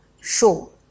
show